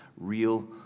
real